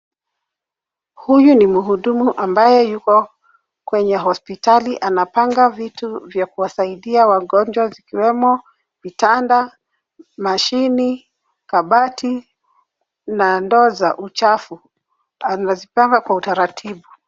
Huyu ni mhudumu ambaye yuko kwenye hospitali anapanga vitu vya kuwasaidia wagonjwa vikiwemo vitanda, mashine, kabati na ndoo za uchafu. Anazipanga kwa utaratibu.